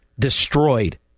destroyed